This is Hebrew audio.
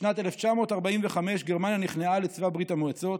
בשנת 1945 גרמניה נכנעה לצבא ברית המועצות,